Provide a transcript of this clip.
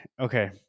Okay